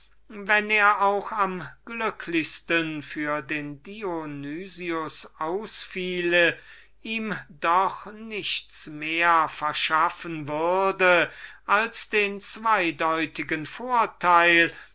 wenn er auch am glücklichsten für den dionys ausfiele ihm doch nichts mehr als den zweideutigen vorteil